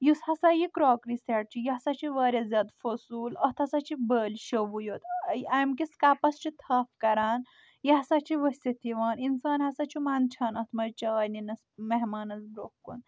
یُس ہسا یہِ کراکٕری سیٚٹ چھُ یہِ ہسا چھُ واریاہ زیادٕ فضوٗل اتھ ہسا چھِ بٔلۍ شوٚوٕے یوت امہِ کِس کپس چھِ تھپھ کران یہِ ہسا چھِ ؤستھ یِوان انسان ہسا چھُ منٛدچھان اتھ منٛز چاۓ نِنس مہمانس برونٛہہ کُن